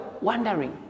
wondering